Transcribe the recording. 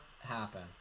happen